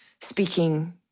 speaking